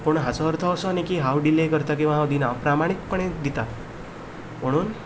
पूण हाजो अर्थ असो न्हय की हांव डिले करतां किंवां हांव दिना हांव प्रामाणीकपणे दितां